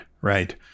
right